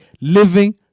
living